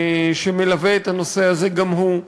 שמלווה את הנושא הזה גם הוא.